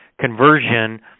conversion